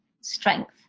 strength